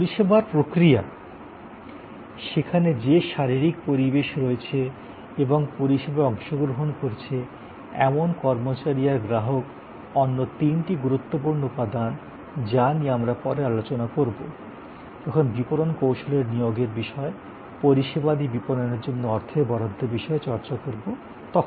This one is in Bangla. পরিষেবার প্রক্রিয়া সেখানে যে শারীরিক পরিবেশ রয়েছে এবং পরিষেবায় অংশগ্রহণ করছে এমন কর্মচারী আর গ্রাহক অন্য তিনটি গুরুত্বপূর্ণ উপাদান যা নিয়ে আমরা পরে আলোচনা করবো যখন বিপণন কৌশলের নিয়োগের বিষয়ে পরিষেবাদি বিপণনের জন্য অর্থের বরাদ্দ বিষয়ে চর্চা করবো তখন